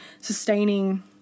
sustaining